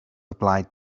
applied